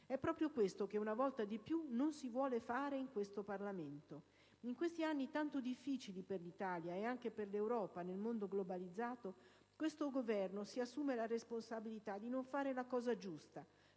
È proprio questo che, una volta di più, non si vuole fare in questo Parlamento. In questi anni tanto difficili per l'Italia, e anche per l'Europa nel mondo globalizzato, questo Governo si assume la responsabilità di non fare la cosa giusta,